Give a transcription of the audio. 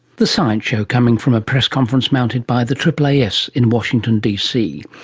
the science show, coming from a press conference mounted by the aaas in washington dc.